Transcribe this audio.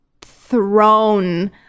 thrown